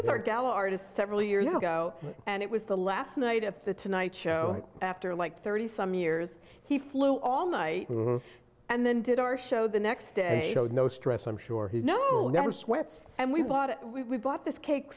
was our gal artist several years ago and it was the last night of the tonight show after like thirty some years he flew all night and then did our show the next day oh no stress i'm sure he no never sweats and we bought it we bought this cake